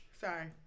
sorry